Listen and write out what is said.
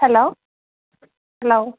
hello hello